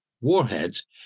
warheads